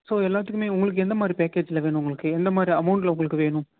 so எல்லாத்துலேயுமே உங்களுக்கு எந்தமாதிரி பேக்கேஜில் வேணும் உங்களுக்கு எந்தமாதிரி அமௌண்ட்டில் உங்களுக்கு வேணும்